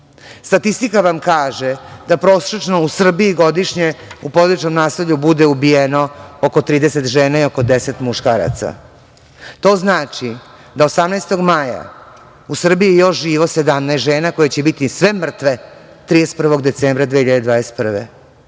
žena. Statistika vam kaže da prosečno u Srbiji godišnje u porodičnom nasilju bude ubijeno oko 30 žena i oko 10 muškaraca. To znači da je 18. maja u Srbiji još živo 17 žena koje će biti sve mrtve 31. decembra 2021.